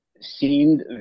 seemed